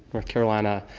north carolina,